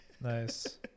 Nice